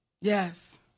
Yes